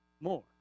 more